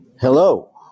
Hello